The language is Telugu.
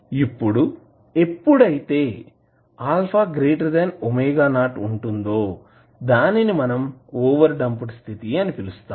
ఇప్పుడు ఎప్పుడైతే α⍵0 ఉంటుందో దానిని మనం ఓవర్ డాంప్డ్ స్థితి అని పిలుస్తాం